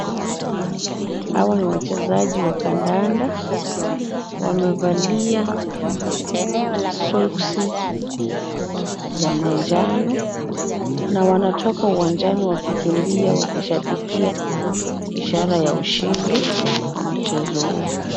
Hawa ni wachezaji wa kandanda, wamevalia soksi, za manjano, na wanatoka uwanjani wakikimbia wakishabikia ishara ya ushindi wa mchezo huo.